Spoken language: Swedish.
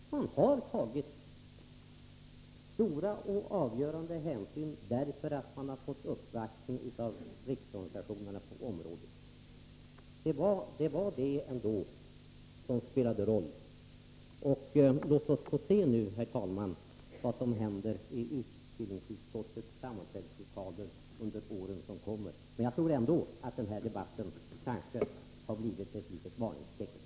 Utskottet har tagit stor och avgörande hänsyn därför att man fått uppvaktningar av riksorganisationer på området. Det var ändock detta som spelade roll. Och låt oss då se vad som händer i utbildningsutskottets sammanträdeslokaler under åren som kommer. Jag tror ändå att den här debatten kanske blivit ett litet varningstecken.